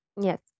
yes